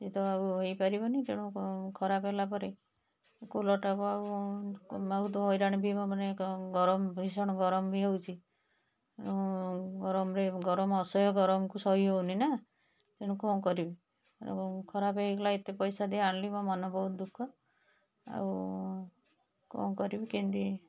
ସେ ତ ଆଉ ହେଇପାରିବନି ତେଣୁ ଖରାପ ହେଲାପରେ କୁଲର୍ଟା ଆଉ ବହୁତ ହଇରାଣ ବି ମାନେ ଗରମ ଭୀଷଣ ଗରମ ବି ହେଉଛି ଗରମରେ ଅସହ୍ୟ ଗରମକୁ ସହି ହେଉନି ନା ତେଣୁ କ'ଣ କରିବି ତେଣୁ ଖରାପ ହେଇଗଲା ଏତେ ପଇସା ଦେଇକି ଆଣିଲି ମୋ ମନ ବହୁତ ଦୁଃଖ ଆଉ କ'ଣ କରିବି କେମିତି